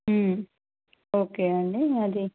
okay అండి అది